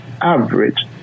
average